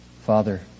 Father